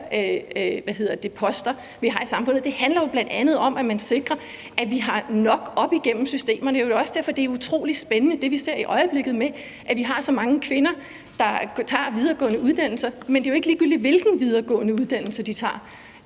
Det handler jo bl.a. om at sikre, at vi har nok op igennem systemerne. Det er jo i øvrigt også derfor, at det er utrolig spændende med det, vi ser i øjeblikket, hvor vi har så mange kvinder, der tager videregående uddannelser, men det er jo ikke ligegyldigt, hvilke videregående uddannelser de tager.